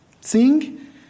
sing